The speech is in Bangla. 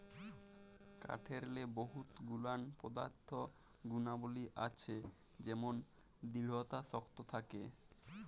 কাঠেরলে বহুত গুলান পদাথ্থ গুলাবলী আছে যেমল দিঢ়তা শক্ত থ্যাকে